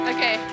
Okay